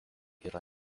yra